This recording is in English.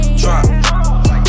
drop